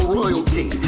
royalty